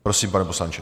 Prosím, pane poslanče.